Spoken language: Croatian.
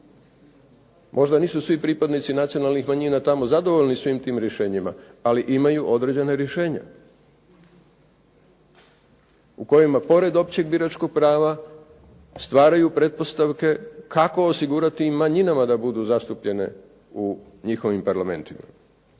Možda nisu svi pripadnici nacionalnih manjina tamo zadovoljni svim tim rješenjima ali imaju određena rješenja u kojima pored općeg biračkog prava stvaraju pretpostavke kako osigurati i manjinama da budu zastupljene u njihovim parlamentima.